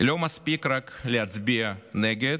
לא מספיק רק להצביע נגד,